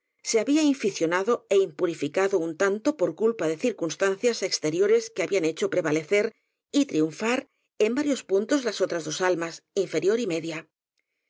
se había inficionado é impu rificado un tanto por culpa de circunstancias exte riores que habían hecho prevalecer y triunfar en varios puntos las otras dos almas infei ior y media